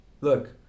look